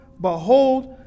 behold